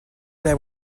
there